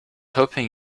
hoping